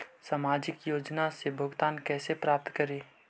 सामाजिक योजना से भुगतान कैसे प्राप्त करी?